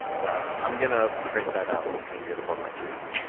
well i'm gonna print that out and hang it above my cubicle.